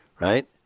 right